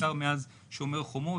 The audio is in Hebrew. בעיקר מאז שומר חומות.